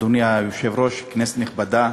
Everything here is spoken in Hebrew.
אדוני היושב-ראש, כנסת נכבדה,